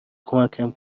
کمکم